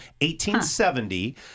1870